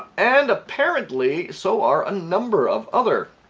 and apparently so are a number of other